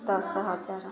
ଦଶ ହଜାର